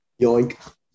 Yoink